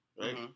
right